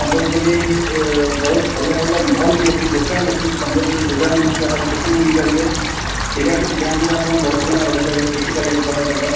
ସମ୍ବଲପୁର ଏ ବହୁତ ଭଲ ଭଲ ମଲ ବି ଅଛି ଦୋକାନ ବି ଅଛି ସମ୍ବଲପୁରୀ ଲୁଗା ମିଳୁଛି ଆପଣ ସେଠି ବୁଲି ପାରିବେ ହୀରାକୁଦ ଡ଼୍ୟାମ୍ ରେ ଆପଣ ବହୁତ ସମୟ ରହି ପାରିବେ ଦେଖି ପାରିବେ ଭଲ ଯାଗା